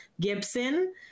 Gibson